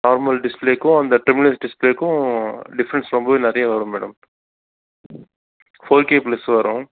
normal டிஸ்பிளேவுக்கும் அந்த டிமுலேஸ் டிஸ்பிளேக்கும் டிஃப்ரென்ஸ் ரொம்ப நிறையா வரும் மேடம் ஃபோர் கே ப்ளஸ் வரும்